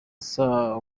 saa